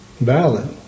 valid